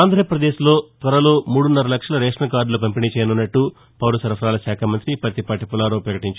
ఆంధ్రాపదేశ్లో త్వరలో మూడున్నర లక్షల రేషన్ కార్డులు పంపిణీ చేయనున్నట్లు పౌర సరఫరాల శాఖ మంత్రి పత్తిపాటి పుల్లారావు పకటించారు